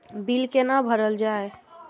Bill कैना भरल जाय?